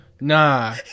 Nah